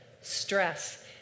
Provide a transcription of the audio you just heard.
stress